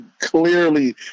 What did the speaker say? clearly